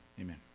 amen